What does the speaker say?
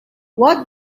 what